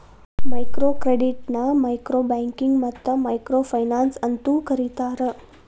micro ಕ್ರೆಡಿಟ್ನ micro banking ಮತ್ತ micro finance ಅಂತೂ ಕರಿತಾರ